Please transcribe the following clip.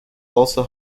also